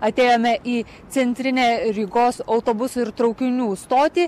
atėjome į centrinę rygos autobusų ir traukinių stotį